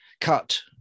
cut